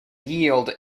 yield